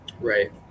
Right